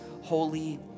Holy